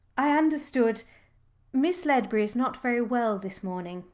i understood miss ledbury is not very well this morning,